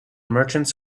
merchants